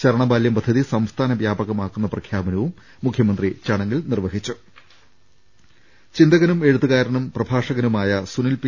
ശരണബാല്യം പദ്ധതി സംസ്ഥാന വ്യാപകമാക്കുന്ന പ്രഖ്യാപനവും മുഖ്യമന്ത്രി ചടങ്ങിൽ നിർവ്വഹിച്ചു ചിന്തകനും എഴുത്തുകാരനും പ്രഭാഷകനുമായ സുനിൽ പി